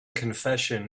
confession